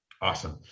Awesome